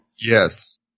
Yes